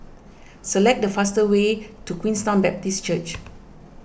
select the fastest way to Queenstown Baptist Church